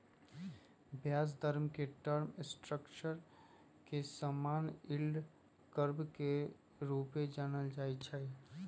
ब्याज दर के टर्म स्ट्रक्चर के समान्य यील्ड कर्व के रूपे जानल जाइ छै